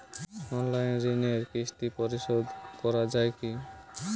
Online ঋণের কিস্তি পরিশোধ করা যায় কি?